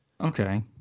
Okay